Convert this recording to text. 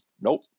nope